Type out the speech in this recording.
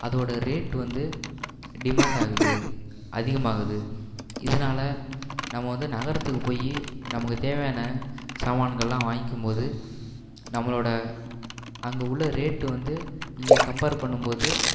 அதோட ரேட் வந்து டிமாண்ட் ஆகுது அதிகமாகுது இதனால நம்ம வந்து நகரத்துக்கு போய் நமக்கு தேவையான சாமான்கள்லாம் வாங்கிக்கும்போது நம்மளோட அங்கே உள்ள ரேட் வந்து இங்கே கம்பேர் பண்ணும்போது